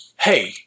hey